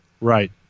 Right